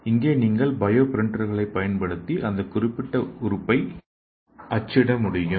இங்கே நீங்கள் பயோ பிரிண்டர்களைப் பயன்படுத்தி அந்த குறிப்பிட்ட உறுப்பை அச்சிட முடியும்